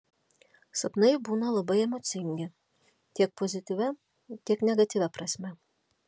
sapnai būna labai emocingi tiek pozityvia tiek negatyvia prasme